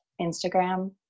Instagram